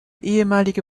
ehemalige